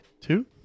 Two